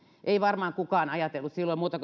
ei varmaan kukaan ajatellut silloin muuta